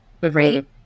right